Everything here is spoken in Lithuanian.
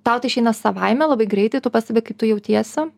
tau tai išeina savaime labai greitai tu pastebi kaip tu jautiesi